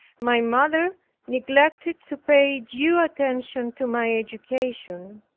my mother neglected to pay due attention to my education.